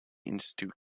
institute